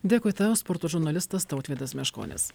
dėkui tau sporto žurnalistas tautvydas meškonis